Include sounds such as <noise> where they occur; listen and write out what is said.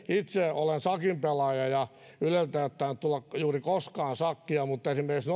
itse olen shakin pelaaja ja yleltä ei ole tainnut tulla juuri koskaan shakkia mutta esimerkiksi <unintelligible>